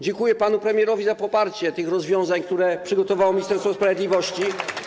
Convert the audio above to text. Dziękuję panu premierowi za poparcie tych rozwiązań, które przygotowało Ministerstwo Sprawiedliwości.